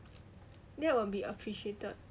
that will be appreciated